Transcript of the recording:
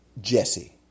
Jesse